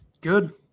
Good